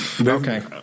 Okay